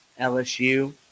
LSU